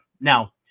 Now